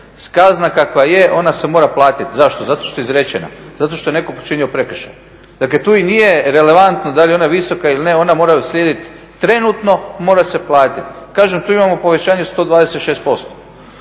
Kazna kakva je ona se mora platiti. Zašto? Zato što je izrečena. Zato što je netko počinio prekršaj. Dakle, tu i nije relevantno da li je ona visoka ili ne. Ona mora uslijediti trenutno, mora se platiti. Kažem tu imamo povećanje od 126%